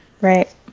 Right